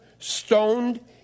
stoned